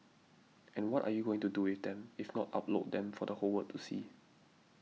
and what are you going to do with them if not upload them for the whole world to see